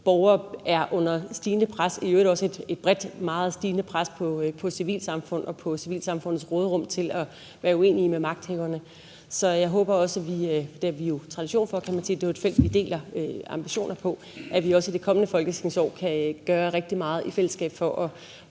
borgere er under stigende pres. Der er i øvrigt også et bredt, meget stigende pres på civilsamfund og på civilsamfundets råderum til at være uenige med magthaverne. Så jeg håber også, at vi – og det har vi jo tradition for, kan man sige; det er jo et felt, vi deler ambitioner på – også i det kommende folketingsår kan gøre rigtig meget i fællesskab for at